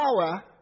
power